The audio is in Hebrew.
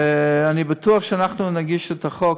ואני בטוח שכשאנחנו נגיש את החוק,